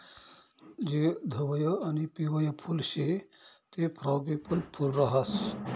जे धवयं आणि पिवयं फुल शे ते फ्रॉगीपनी फूल राहास